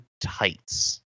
tights